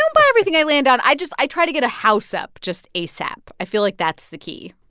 um but i put everything i land on. i just i try to get a house up just asap. i feel like that's the key.